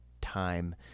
time